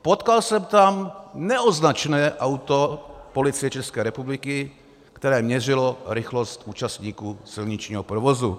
Potkal jsem tam neoznačené auto Policie České republiky, které měřilo rychlost účastníků silničního provozu.